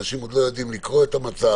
אנשים עוד לא יודעים לקרוא את המצב,